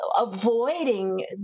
avoiding